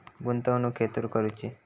गुंतवणुक खेतुर करूची?